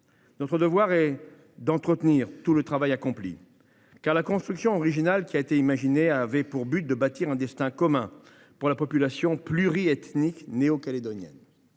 Notre devoir est d’entretenir le travail accompli. En effet, la construction originale qui a été imaginée avait pour but de bâtir un destin commun pour la population pluriethnique néo calédonienne,